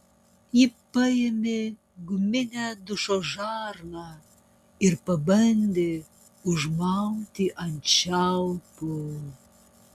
ji paėmė guminę dušo žarną ir pabandė užmauti ant čiaupo